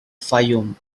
fayoum